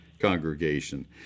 congregation